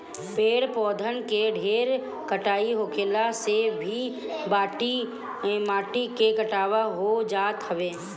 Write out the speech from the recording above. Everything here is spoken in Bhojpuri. पेड़ पौधन के ढेर कटाई होखला से भी माटी के कटाव हो जात हवे